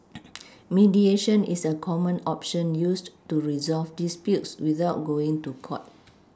mediation is a common option used to resolve disputes without going to court